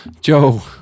joe